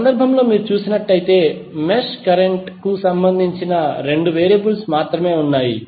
ఈ సందర్భంలో మీరు చూసినట్లయితే మెష్ కరెంట్ కు సంబంధించిన 2 వేరియబుల్స్ మాత్రమే ఉన్నాయి